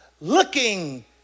Looking